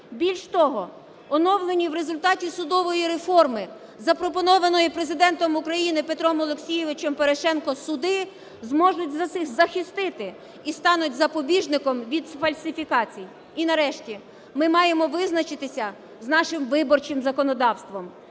Більш того, оновлені в результаті судової реформи запропонованої Президентом України Петром Олексійовичем Порошенком суди зможуть захистити і стануть запобіжником від фальсифікацій. І, нарешті, ми маємо визначитися з нашим виборчим законодавством.